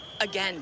Again